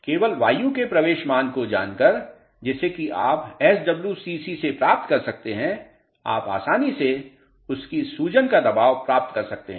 तो केवल वायु के प्रवेश मान को जानकर जिसे कि आप SWCC से प्राप्त कर सकते हैं आप आसानी से इसकी सूजन का दबाव प्राप्त कर सकते हैं